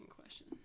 question